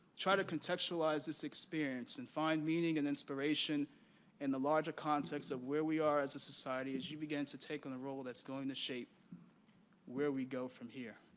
try to contextualize this experience and find meaning and inspiration in the larger context of where we are as a society as you begin to take on the role that's going to shape where we go from here.